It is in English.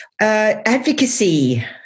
Advocacy